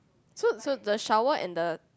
so so the shower and the